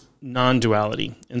non-duality